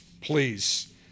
please